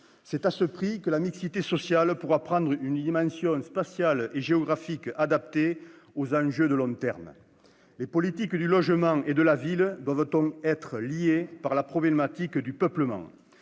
C'est à ce prix que la mixité sociale pourra prendre une dimension spatiale et géographique adaptée aux enjeux de long terme. Tout à fait ! Les politiques du logement et de la ville doivent donc être liées par la problématique du peuplement.